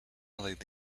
normally